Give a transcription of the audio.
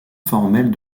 formelle